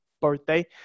birthday